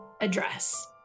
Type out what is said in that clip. address